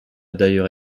d’ailleurs